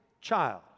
child